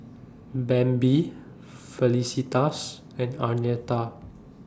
Bambi Felicitas and Arnetta